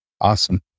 awesome